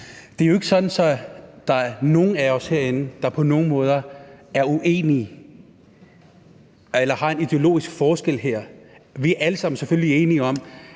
Det er jo ikke sådan, at der er nogen af os herinde, der på nogen måde er uenige eller har en ideologisk forskel her. Vi er alle sammen, selvfølgelig, enige om,